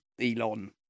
Elon